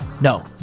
No